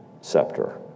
scepter